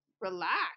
relax